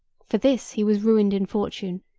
for this he was ruined in fortune,